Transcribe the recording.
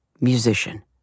musician